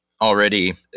already